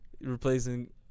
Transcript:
Replacing